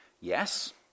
yes